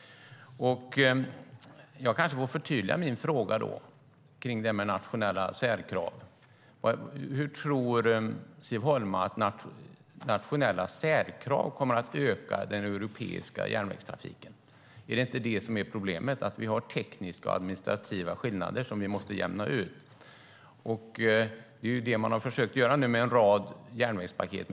Jag kanske får förtydliga min fråga om nationella särkrav. Hur tror Siv Holma att nationella särkrav kommer att öka den europeiska järnvägstrafiken? Är inte det som är problemet att vi har tekniska och administrativa skillnader som vi måste jämna ut? Det är det man har försökt göra nu med en rad järnvägspaket.